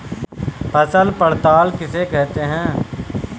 फसल पड़ताल किसे कहते हैं?